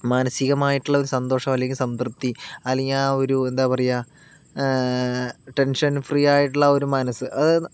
മാനസികമായിട്ടുള്ള ഒരു സന്തോഷം അല്ലെങ്കിൽ സംതൃപ്തി അല്ലെങ്കിലാ ഒരു എന്താ പറയുക ടെൻഷൻ ഫ്രീ ആയിട്ടുള്ള ഒരു മനസ്സ് അത്